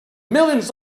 millions